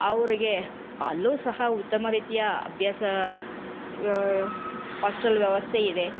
ಅವರಿಗೆ ಅಲ್ಲೂ ಸಹ ಉತ್ತಮ ರೀತಿಯ ಅಭ್ಯಾಸ ಹಾಸ್ಟಲ್ ವ್ಯವಸ್ಥೆ ಇದೆ